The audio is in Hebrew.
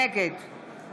נגד